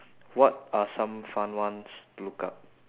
what are some fun ones to look up